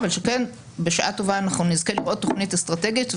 אבל שכן בשעה טובה אנחנו נזכה לראות תוכנית אסטרטגית,